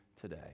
today